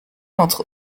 entre